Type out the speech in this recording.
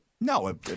no